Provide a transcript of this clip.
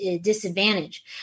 disadvantage